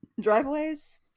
driveways